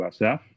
USF